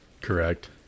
Correct